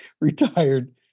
retired